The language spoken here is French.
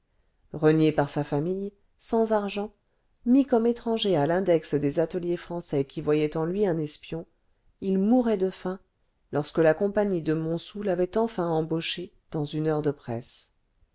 renié par sa famille sans argent mis comme étranger à l'index des ateliers français qui voyaient en lui un espion il mourait de faim lorsque la compagnie de montsou l'avait enfin embauché dans une heure de presse